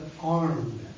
armed